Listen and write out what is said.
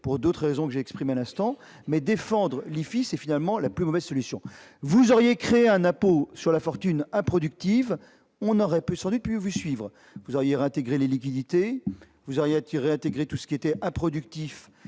pour d'autres raisons, que j'ai exprimées à l'instant. En revanche, défendre l'IFI est vraiment la plus mauvaise solution. Vous auriez créé un impôt sur la fortune improductive, on aurait sans doute pu vous suivre. Si vous aviez réintégré les liquidités, tout ce qui est improductif,